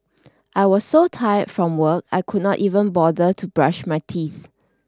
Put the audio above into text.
I was so tired from work I could not even bother to brush my teeth